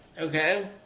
Okay